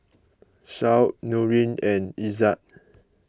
Shoaib Nurin and Izzat